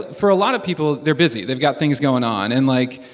for a lot of people, they're busy. they've got things going on. and, like,